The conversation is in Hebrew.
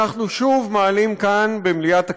אנחנו שוב מעלים כאן, במליאת הכנסת,